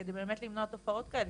כדי באמת למנוע תופעות כאלה,